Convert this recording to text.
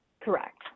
Correct